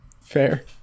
Fair